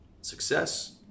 success